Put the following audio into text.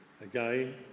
again